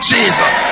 Jesus